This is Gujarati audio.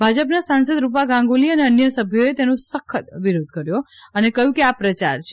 ભાજપના સાંસદ રૂપા ગાંગુલી અને અન્ય સભ્યોએ તેનું સખ્ત વિરોધ કર્યો અને કહ્યું કે આ પ્રયાર છે